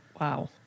Wow